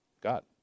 God